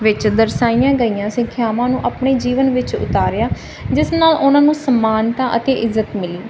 ਵਿੱਚ ਅੰਦਰ ਸਾਈਆਂ ਗਈਆਂ ਸਿੱਖਿਆਵਾਂ ਨੂੰ ਆਪਣੇ ਜੀਵਨ ਵਿੱਚ ਉਤਾਰਿਆ ਜਿਸ ਨਾਲ ਉਹਨਾਂ ਨੂੰ ਸਮਾਨਤਾ ਅਤੇ ਇੱਜ਼ਤ ਮਿਲੀ ਜੰਗ ਦੇ ਸਮੇਂ ਪਹਿਲੇ ਅਤੇ